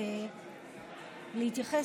להתייחס,